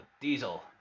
Diesel